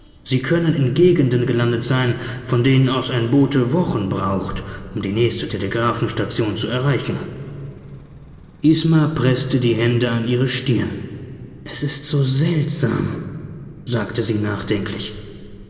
sie können in gegenden gelandet sein von denen aus ein bote wochen braucht um die nächste telegraphenstation zu erreichen isma preßte die hände an ihre stirn es ist so seltsam sagte sie nachdenklich